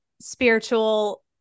spiritual